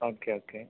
okay okay